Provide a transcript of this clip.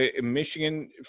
Michigan